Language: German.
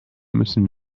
müssen